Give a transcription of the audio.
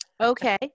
okay